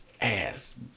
ass